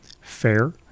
fair